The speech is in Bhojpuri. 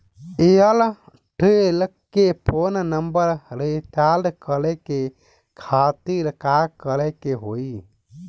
एयरटेल के फोन नंबर रीचार्ज करे के खातिर का करे के होई?